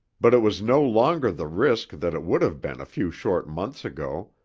but it was no longer the risk that it would have been a few short months ago,